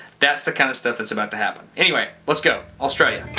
that's the kind of stuff that's about to happen. anyway, let's go. australia.